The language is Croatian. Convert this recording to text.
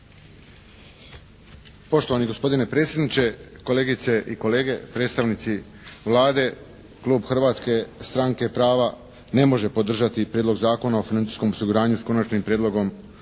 Poštovani gospodine predsjedniče, kolegice i kolege, predstavnici Vlade, klub Hrvatske stranke prava ne može podržati Prijedlog zakona o financijskom osiguranju, s Konačnim prijedlogom zakona